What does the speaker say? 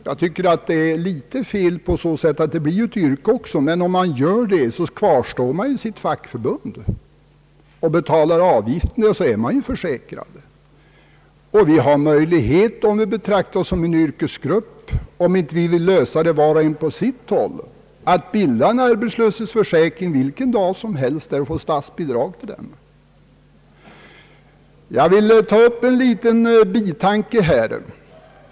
Jag tycker att det är litet fel att betrakta det som enbart ett yrke, men om man gör det, kvarstår man ju i sitt fackförbund och betalar fackföreningsavgiften. På detta sätt blir man ju försäkrad. Vi har ju möjlighet att — om vi inte vill lösa problemet var och en för sig — bilda en arbetslöshetsförsäkringskassa vilken dag som helst och få statsbidrag till den, om vi betraktas såsom en yrkesgrupp. Jag vill här ta upp en liten bitanke.